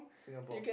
Singapore